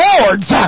Lord's